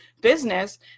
business